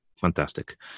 Fantastic